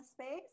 space